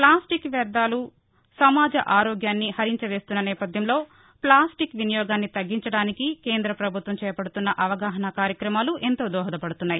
ప్రాస్టిక్ వ్యర్థాలు సమాజ ఆరోగ్యాన్ని హరించివేస్తున్న నేపథ్యంలో ప్లాస్టిక్ వినియోగాన్ని తగ్గించటానికి కేంద్ర ప్రభుత్వం చేపడుతున్న అవగాహనా కార్యక్రమాలు ఎంతో దోహదపడుతున్నాయి